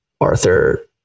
arthur